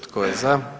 Tko je za?